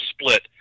split